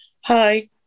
hi